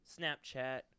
Snapchat